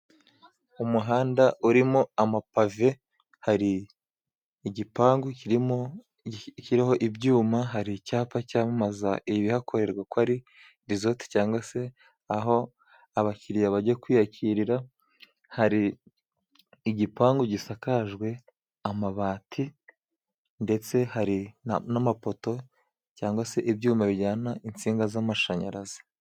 Umuhanda urimo amapave hari igipangu kiriho ibyuma, hari icyapa cyamamaza ibihakorerwa ko ari dizote cyangwa se aho abakiriya bajya kwiyakirira, hari igipangu gisakajwe amabati ndetse hari n'amapoto cyangwa se ibyuma bijyana insinga z'amashanyarazi.